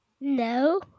No